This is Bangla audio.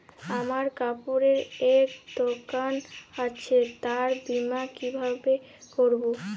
আমার কাপড়ের এক দোকান আছে তার বীমা কিভাবে করবো?